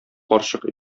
карчык